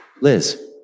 Liz